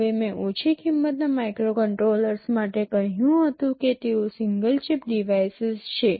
હવે મેં ઓછી કિંમતના માઇક્રોકન્ટ્રોલર્સ માટે કહ્યું હતું કે તેઓ સિંગલ ચિપ ડિવાઇસીસ છે